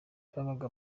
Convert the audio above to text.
babaga